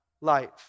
life